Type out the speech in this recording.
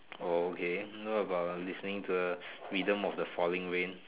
oh okay what about listening to the rhythm of the falling rain